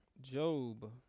Job